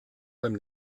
beim